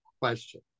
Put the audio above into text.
question